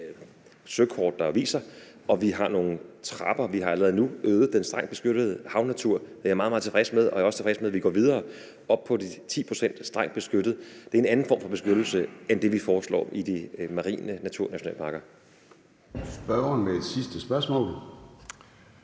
vi jo nogle søkort der viser, og vi har nogle trapper. Vi har allerede nu øget den strengt beskyttede havnatur, og det er jeg meget, meget tilfreds med, og jeg er også tilfreds med, at vi går videre op på de 10 pct. strengt beskyttet natur. Det er en anden form for beskyttelse end det, vi foreslår i de marine naturnationalparker.